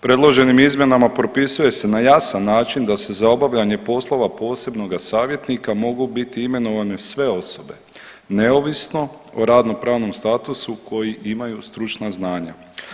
Predloženim izmjenama propisuje se na jasan način da se za obavljanje poslova posebnoga savjetnika mogu biti imenovane sve osobe neovisno o radno-pravnom statusu koji imaju stručna znanja.